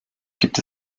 gibt